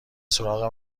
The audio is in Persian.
سراغ